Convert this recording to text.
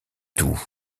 tout